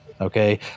Okay